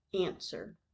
Answer